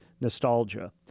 nostalgia